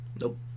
Nope